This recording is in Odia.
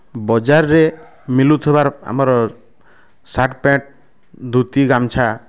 ବଜାର୍ ରେ ମିଲୁଥିବାର୍ ଆମର୍ ଶାର୍ଟ ପ୍ୟାଣ୍ଟ ଧୋତି ଗାମୁଛା